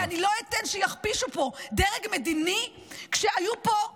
כי אני לא אתן שיכפישו פה דרג מדיני כשהיו פה,